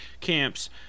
camps